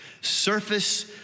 Surface